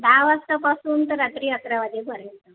दहा वाजल्यापासून तर रात्री अकरा वाजेपर्यंत